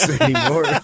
anymore